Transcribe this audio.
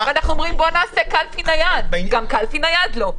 אנחנו אומרים, בואו נעשה קלפי נייד גם את זה לא.